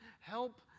Help